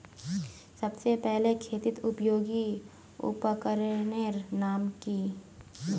सबसे पहले खेतीत उपयोगी उपकरनेर नाम की?